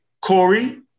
Corey